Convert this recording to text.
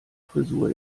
frisur